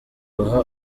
guha